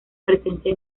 presencia